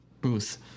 booth